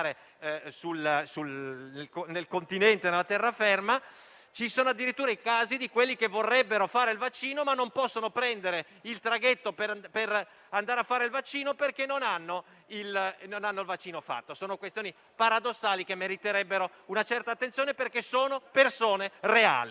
sul Continente, sulla terraferma. Ci sono addirittura casi di persone che vorrebbero fare il vaccino, ma non possono prendere il traghetto per andare a fare il vaccino, perché non hanno fatto il vaccino. Sono questioni paradossali, che meriterebbero una certa attenzione, perché riguarda persone reali.